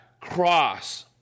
cross